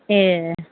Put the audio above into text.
ए